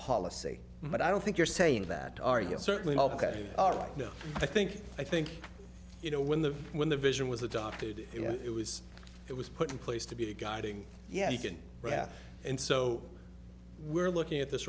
policy but i don't think you're saying that are you certainly helped at all right now i think i think you know when the when the vision was adopted it was it was put in place to be the guiding yeah you can read and so we're looking at this